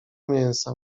mięsa